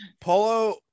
Polo